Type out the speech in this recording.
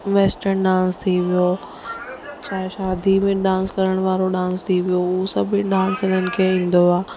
western dance थी वियो चाहे शादी में डांस करणु वारो डांस थी वियो उहो सभु डांस हिननि खे ईंदो आहे